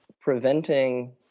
preventing